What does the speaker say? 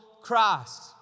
Christ